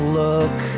look